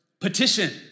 Petition